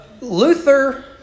Luther